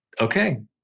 okay